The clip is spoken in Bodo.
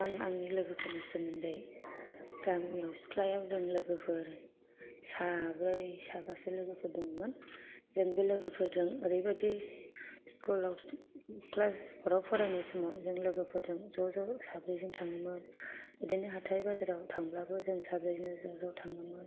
आं आंनि लोगोफोरनि सोमोन्दै गामियाव सिख्लायाव जों लोगोफोर साब्रै साबासो लोगोफोर दंमोन जों बे लोगोफोरजों ओरैबायदि स्कुलाव क्लास फ'राव फरायनाय समाव जों लोगोफोरजों ज'ज' साब्रैजों थाङोमोन इदिनो हाथाइ बाजाराव थांब्लाबो जों साब्रैजों ज'ज' थाङोमोन